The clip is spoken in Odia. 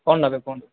କ'ଣ ନେବେ କୁହନ୍ତୁ